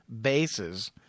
bases